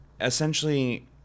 essentially